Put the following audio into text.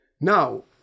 Now